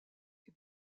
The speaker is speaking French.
est